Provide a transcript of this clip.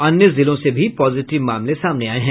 अन्य जिलों से भी पॉजिटिव मामले सामने आये हैं